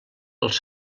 els